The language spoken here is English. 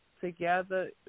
together